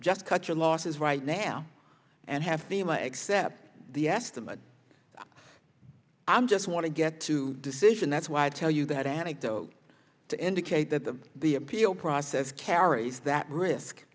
just cut your losses right now and have the money except the estimate i'm just want to get to decision that's why i tell you that anecdote to indicate that the the appeal process carries that risk